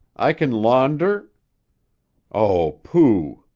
i can launder oh, pooh!